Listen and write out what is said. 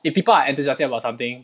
if people are enthusiastic about something